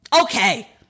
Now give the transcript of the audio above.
Okay